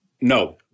No